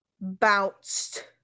bounced